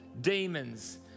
demons